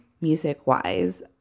music-wise